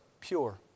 pure